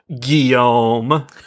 Guillaume